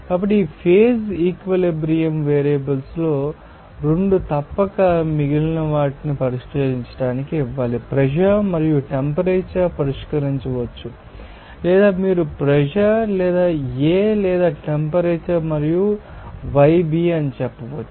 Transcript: కాబట్టి phase equilibrium variables లో 2 తప్పక మిగతావాటిని పరిష్కరించడానికి ఇవ్వాలి ప్రెషర్ మరియు టెంపరేచర్ పరిష్కరించవచ్చు లేదా మీరు ప్రెషర్ లేదా A లేదా టెంపరేచర్ మరియు YB అని చెప్పవచ్చు